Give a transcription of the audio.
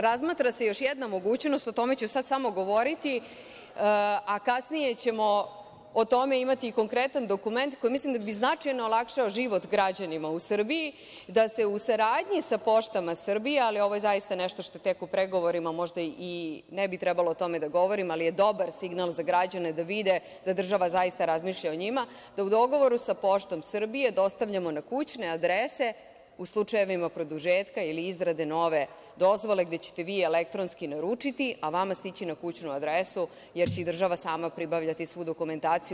Razmatra se još jedna mogućnost, o tome ću sad samo govoriti, a kasnije ćemo o tome imati i konkretan dokument, koji mislim da bi značajno olakšao život građanima u Srbiji, da se u saradnji sa Poštom Srbije, ali ovo je zaista nešto što je tek u pregovorima, možda i ne bi trebalo o tome da govorim, ali je dobar signal za građane da vide da država zaista razmišlja o njima, da u dogovoru sa Poštom Srbije dostavljamo na kućne adrese, u slučajevima produžetka ili izrade nove dozvole, gde ćete vi elektronski naručiti, a vama stići na kućnu adresu, jer će i država sama pribavljati svu dokumentaciju.